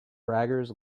braggers